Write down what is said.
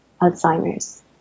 Alzheimer's